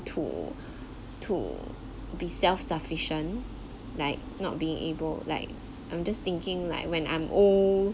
to to be self sufficient like not being able like I'm just thinking like when I'm old